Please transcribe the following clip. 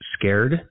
scared